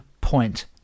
point